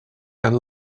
and